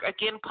Again